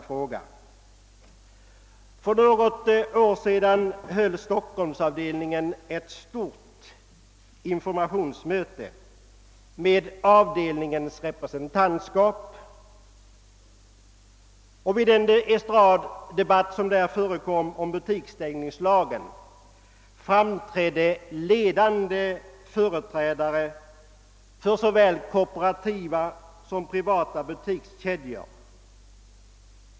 För något år sedan höll avdelningen ett stort informationsmöte med avdelningens representantskap, och vid den estraddebatt som därvid fördes om butiksstängningslagen framträdde ledande repre sentanter för såväl kooperativa som privata butikskedjor.